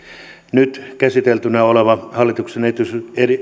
nyt käsiteltävänä oleva hallituksen esitys